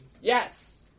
Yes